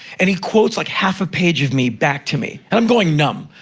and he quotes, like, half a page of me back to me. and i'm going numb.